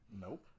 Nope